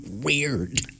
Weird